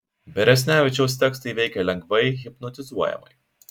beresnevičiaus tekstai veikia lengvai hipnotizuojamai